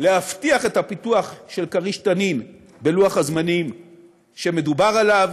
להבטיח את הפיתוח של "כריש-תנין" בלוח הזמנים שמדובר עליו,